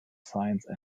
science